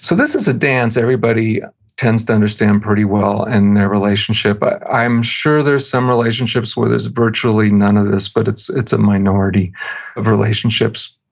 so this is a dance everybody tends to understand pretty well in and their relationship. i'm sure there's some relationships where there's virtually none of this, but it's it's a minority of relationships.